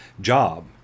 job